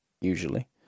Usually